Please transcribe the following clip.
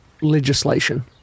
legislation